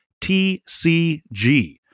TCG